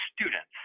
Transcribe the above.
students